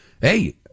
hey